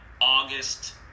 August